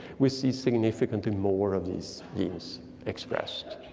we see significantly more of these genes expressed.